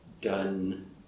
done